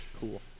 cool